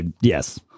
yes